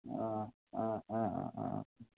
অঁ অঁ অঁ অঁ অঁ